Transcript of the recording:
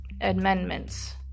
amendments